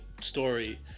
story